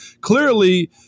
clearly